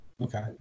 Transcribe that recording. Okay